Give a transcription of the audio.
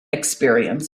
experience